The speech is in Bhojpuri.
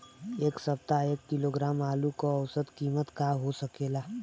एह सप्ताह एक किलोग्राम आलू क औसत कीमत का हो सकेला?